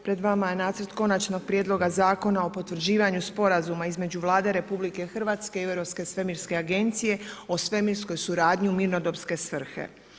Pred vama je Nacrt Konačnog prijedloga Zakona o potvrđivanju Sporazuma između Vlade RH i Europske svemirske agencije o svemirskoj suradnji u mirnodopske svrhe.